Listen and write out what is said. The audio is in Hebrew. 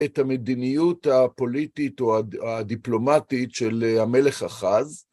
את המדיניות הפוליטית או הדיפלומטית של המלך החז.